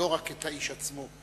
לא רק את האיש עצמו.